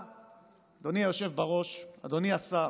אדוני היושב בראש, אדוני השר,